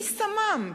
מי שמם?